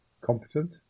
Competent